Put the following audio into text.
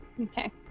Okay